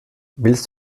willst